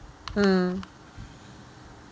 mm